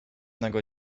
nego